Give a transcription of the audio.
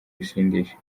ibisindisha